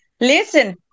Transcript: Listen